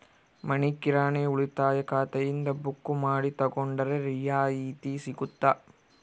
ಮನಿ ಕಿರಾಣಿ ಉಳಿತಾಯ ಖಾತೆಯಿಂದ ಬುಕ್ಕು ಮಾಡಿ ತಗೊಂಡರೆ ರಿಯಾಯಿತಿ ಸಿಗುತ್ತಾ?